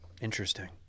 Interesting